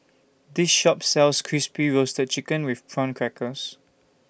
This Shop sells Crispy Roasted Chicken with Prawn Crackers